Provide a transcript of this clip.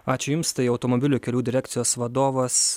ačiū jums tai automobilių kelių direkcijos vadovas